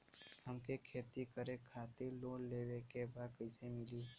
हमके खेती करे खातिर लोन लेवे के बा कइसे मिली?